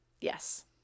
Yes